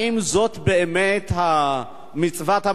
האם זאת באמת מצוות הממשלה,